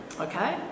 okay